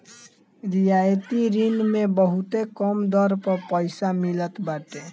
रियायती ऋण मे बहुते कम दर पअ पईसा मिलत बाटे